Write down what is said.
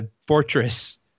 fortress